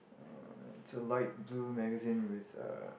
uh it's a light blue magazine with uh